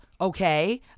okay